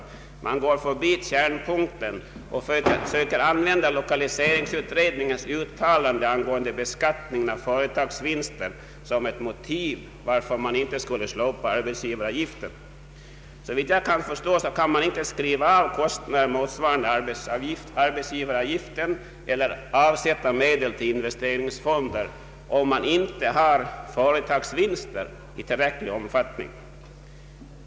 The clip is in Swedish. Utskottet går förbi kärnpunkten och försöker använda lokaliseringsutredningens uttalande om beskattningen av företagsvinster som ett motiv för att inte slopa arbetsgivaravgiften. Såvitt jag förstår kan man inte skriva av kostnader motsvarande arbetsgivaravgiften eller avsätta medel till investeringsfonder, om man inte har företagsvinster i tillräcklig omfattning.